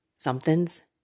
Something's